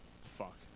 Fuck